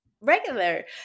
regular